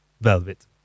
Velvet